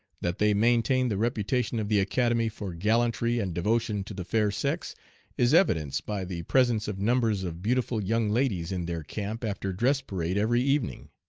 that they maintain the reputation of the academy for gallantry and devotion to the fair sex is evidenced by the presence of numbers of beautiful young ladies in their camp after dress parade every evening.